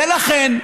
ולכן,